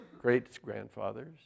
great-grandfathers